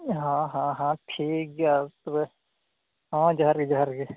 ᱦᱮᱸ ᱦᱮᱸ ᱦᱮᱸ ᱴᱷᱤᱠ ᱜᱮᱭᱟ ᱛᱚᱵᱮ ᱦᱮᱸ ᱡᱚᱦᱟᱨ ᱜᱮ ᱡᱚᱦᱟᱨ ᱜᱮ